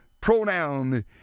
pronoun